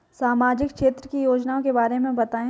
सामाजिक क्षेत्र की योजनाओं के बारे में बताएँ?